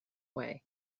way